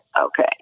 okay